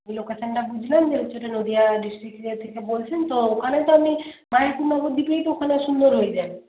এই লোকেশনটা বুঝলেন যে হচ্ছে ওটা নদীয়া ডিস্ট্রিক্ট ইয়ে থেকে বলছেন তো ওখানে তো আপনি মায়াপুর নবদ্বীপেই তো ওখানে সুন্দর হয়ে যায়